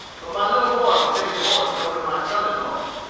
but my little boy will take your horse over to my son-in-law's.